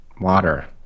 Water